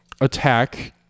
attack